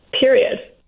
Period